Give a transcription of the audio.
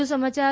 વધુ સમાચાર